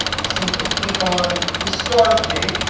i simply click on the start date,